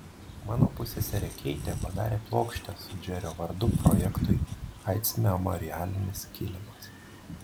mano pusseserė keitė padarė plokštę su džerio vardu projektui aids memorialinis kilimas